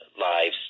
lives